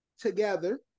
together